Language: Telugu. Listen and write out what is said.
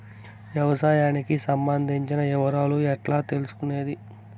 వ్యవసాయానికి సంబంధించిన వివరాలు ఎట్లా తెలుసుకొనేది?